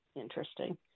interesting